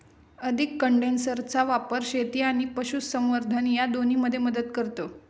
अधिक कंडेन्सरचा वापर शेती आणि पशुसंवर्धन या दोन्हींमध्ये मदत करतो